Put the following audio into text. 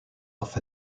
off